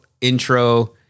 intro